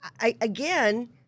again